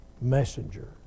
messenger